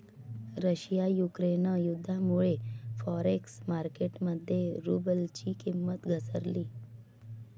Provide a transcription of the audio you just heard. Russia Ukraine युद्धामुळे forex market मध्ये रुबलची किंमत घसरली